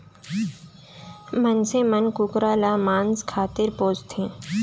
मनसे मन कुकरा ल मांस खातिर पोसथें